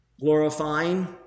glorifying